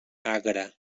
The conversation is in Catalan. agre